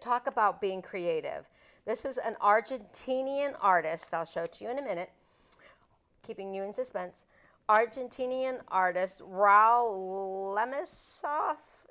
talk about being creative this is an argentinean artist i'll show you in a minute keeping you in suspense argentinean artists rao lemmas sa